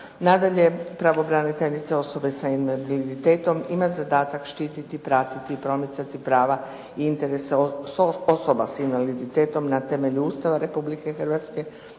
Nadalje, pravobraniteljica osoba sa invaliditetom ima zadatak štiti, pratiti, promicati prava i interese osoba sa invaliditetom na temelju Ustava Republike Hrvatske,